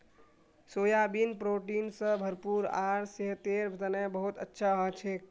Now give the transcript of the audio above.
soybean protein स भरपूर आर सेहतेर तने बहुत अच्छा हछेक